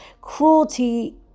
cruelty